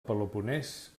peloponès